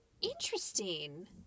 interesting